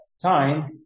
time